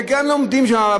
וגם לומדים שם,